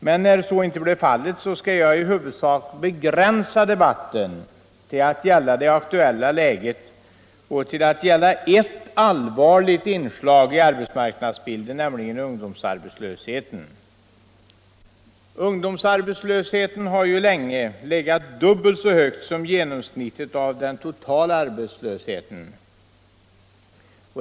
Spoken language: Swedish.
Men när så inte blev fallet skall jag i huvudsak begränsa mitt inlägg till att gälla det aktuella läget och ett allvarligt inslag i arbetsmarknadsbilden, nämligen ungdomsarbetslösheten. Ungdomsarbetslösheten har länge legat dubbelt så högt som genomsnittet av den totala arbetslösheten.